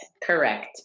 correct